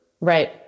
right